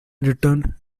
written